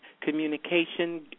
communication